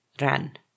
ran